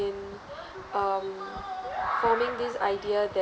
um forming this idea that